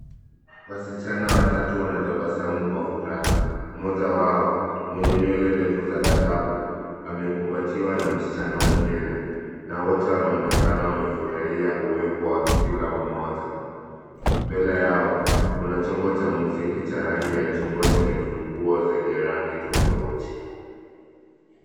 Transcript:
Wasichana watatu wanatabasamu kwa furaha, mmoja wao mwenye nywele ndefu za dhahabu amekumbatiwa na msichana mwingine na wote wanaonekana wamefurahia uwepo wa kila mmoja. Mbele yao kuna chombo cha muziki cha rangi ya chungwa chenye funguo zenye rangi tofauti.